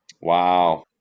Wow